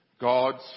God's